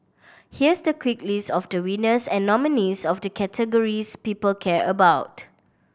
here's the quick list of the winners and nominees of the categories people care about